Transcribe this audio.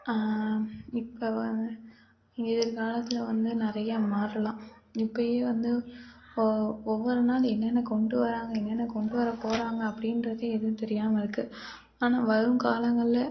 இப்போ வ எதிர்காலத்தில் வந்து நிறையா மாறலாம் இப்போயே வந்து ஓ ஒவ்வொரு நாள் என்னென்ன கொண்ட்டு வராங்க என்னான்ன கொண்ட்டு வர போறாங்க அப்படின்றது எதுவும் தெரியாமல் இருக்கு ஆனால் வருங்காலங்களில்